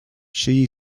she